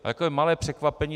Takové malé překvapení.